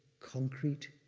concrete,